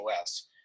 OS